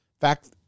fact